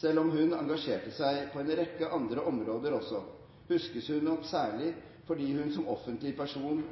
Selv om hun engasjerte seg på en rekke andre områder også, huskes hun nok særlig fordi hun som offentlig person